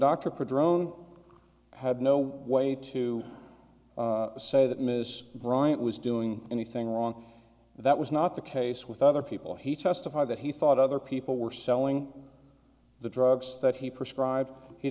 prodrome had no way to say that miss bryant was doing anything wrong that was not the case with other people he testified that he thought other people were selling the drugs that he prescribed he